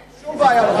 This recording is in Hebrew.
אין שום בעיה עם זה.